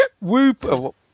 Whoop